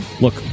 Look